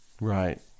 Right